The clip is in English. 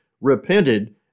repented